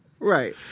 Right